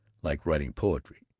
like writing poetry.